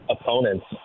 opponents